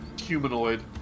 humanoid